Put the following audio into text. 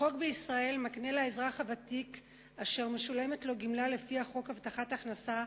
החוק בישראל מקנה לאזרח הוותיק אשר משולמת לו גמלה לפי חוק הבטחת הכנסה,